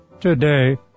today